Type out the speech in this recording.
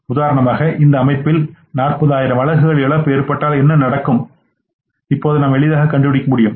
உதாரணமாகஇப்போதுஇந்த அமைப்பில் 40000 அலகுகள் இழப்பு ஏற்பட்டால் என்ன நடக்கும் இப்போது நாம் எளிதாக கண்டுபிடிக்க முடியும்